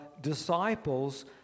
disciples